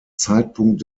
zeitpunkt